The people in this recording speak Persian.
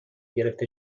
گرفته